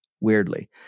weirdly